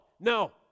No